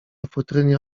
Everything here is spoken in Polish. futrynie